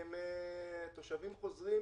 ימים,